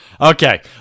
Okay